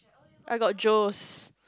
I got Joe's